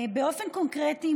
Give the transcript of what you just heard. באופן קונקרטי,